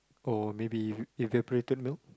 or maybe evaporated milk